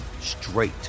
straight